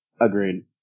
Agreed